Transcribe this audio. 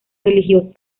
religioso